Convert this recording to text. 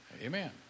Amen